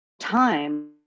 time